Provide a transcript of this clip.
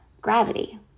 gravity